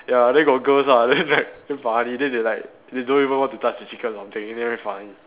ya there got girls ah then right damn funny then they like they don't even want to touch the chicken or something then very funny